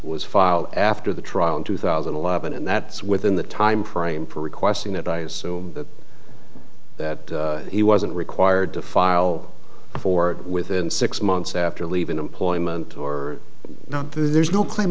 was filed after the trial in two thousand and eleven and that's within the timeframe for requesting that i assume that that he wasn't required to file for within six months after leaving employment or not there's no claim